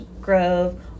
grove